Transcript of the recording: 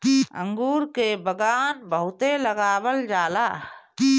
अंगूर के बगान बहुते लगावल जाला